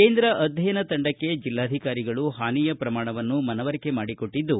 ಕೇಂದ್ರ ಅಧ್ಯಯನ ತಂಡಕ್ಕೆ ಜಿಲ್ಲಾಧಿಕಾರಿಗಳು ಹಾನಿಯ ಪ್ರಮಾಣವನ್ನು ಮನವರಿಕೆ ಮಾಡಿಕೊಟ್ಟದ್ದು